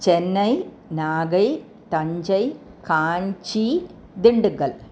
Chennai Nagai Thanjai Kanchi Dindigul